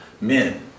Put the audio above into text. men